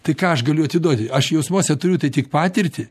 tai ką aš galiu atiduoti aš jausmuose turiu tai tik patirtį